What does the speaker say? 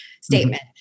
statement